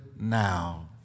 now